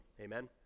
Amen